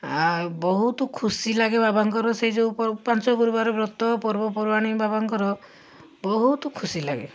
ଆ ବହୁତ ଖୁସି ଲାଗେ ବାବଙ୍କର ସେଇ ଯେଉଁ ପାଞ୍ଚଗୁରୁବାର ବ୍ରତ ପର୍ବପର୍ବାଣି ବାବଙ୍କର ବହୁତ ଖୁସି ଲାଗେ